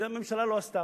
את זה הממשלה לא עשתה,